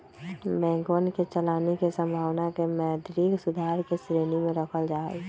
बैंकवन के चलानी के संभावना के मौद्रिक सुधार के श्रेणी में रखल जाहई